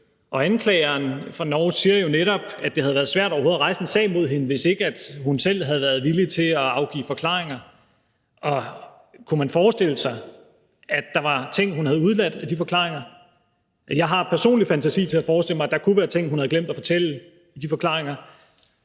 Og anklageren i Norge siger jo netop, at det ville have været svært overhovedet at rejse en sag imod hende, hvis hun ikke selv havde været villig til at afgive forklaringer. Kunne man forestille sig, at der er ting, som hun har udeladt i de forklaringer? Jeg har personligt fantasi til at forestille mig, at der kunne være ting, hun havde glemt at fortælle i de forklaringer.